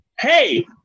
hey